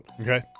Okay